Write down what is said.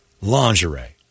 Lingerie